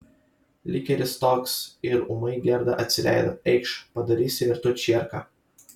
likeris toks ir ūmai gerda atsileido eikš padarysi ir tu čierką